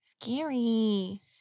Scary